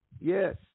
Yes